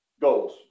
goals